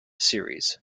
series